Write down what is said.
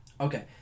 Okay